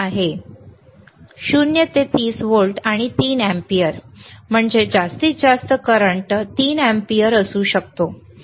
0 ते 30 व्होल्ट आणि 3 अँपिअर म्हणजे जास्तीत जास्त करंट प्रवाह 3 अँपिअर असू शकतो